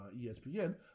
ESPN